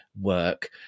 work